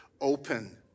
open